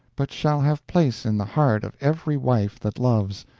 but shall have place in the heart of every wife that loves,